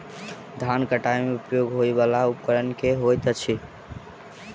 धान कटाई मे उपयोग होयवला उपकरण केँ होइत अछि?